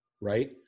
right